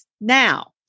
now